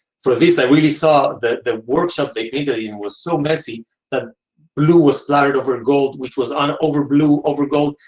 for this i really saw that the workshop they gave to me and was so messy that blue was splattered over gold, which was on over blue, over gold.